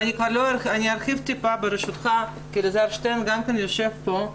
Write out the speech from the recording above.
אני ארחיב טיפה ברשותך כי אלעזר שטרן גם יושב פה,